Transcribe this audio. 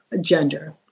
gender